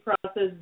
process